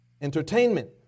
Entertainment